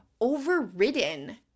overridden